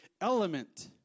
element